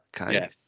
okay